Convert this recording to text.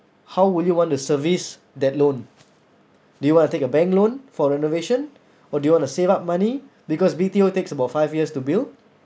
how will you want to service that loan do you want to take a bank loan for renovation or do you want to save up money because B_T_O takes about five years to build